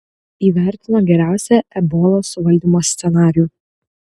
įvertino geriausią ebolos suvaldymo scenarijų